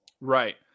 right